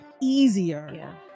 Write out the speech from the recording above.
easier